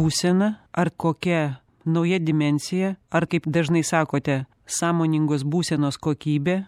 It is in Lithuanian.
būsena ar kokia nauja dimensija ar kaip dažnai sakote sąmoningos būsenos kokybė